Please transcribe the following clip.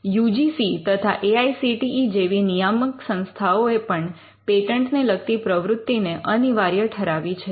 you G C તથા A I C T E જેવી નિયામક સંસ્થાઓએ પણ પેટન્ટ ને લગતી પ્રવૃત્તિને અનિવાર્ય ઠરાવી છે